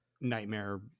nightmare